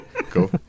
Cool